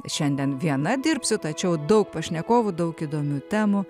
šiandien viena dirbsiu tačiau daug pašnekovų daug įdomių temų